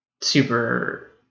super